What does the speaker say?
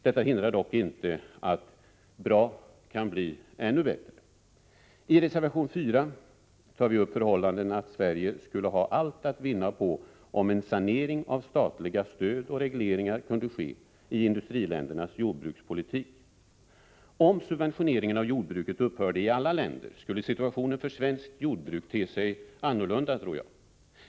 Detta hindrar dock inte att bra kan bli ännu bättre. I reservation 4 tar vi upp förhållandet att Sverige skulle ha allt att vinna på om en sanering av statliga stöd och regleringar kunde ske i industriländernas jordbrukspolitik. Om subventioneringen av jordbruket upphörde i alla länder, skulle situationen för svenskt jordbruk te sig annorlunda, tror jag.